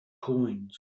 coins